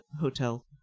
Hotel